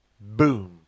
boom